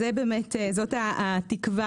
וזאת התקווה,